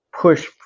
push